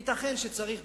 ייתכן שצריך,